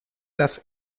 las